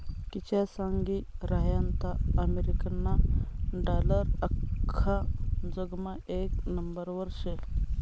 किशा सांगी रहायंता अमेरिकाना डालर आख्खा जगमा येक नंबरवर शे